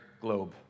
globe